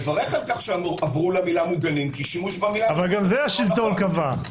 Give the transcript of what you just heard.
גם זה השלטון קבע.